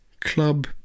Club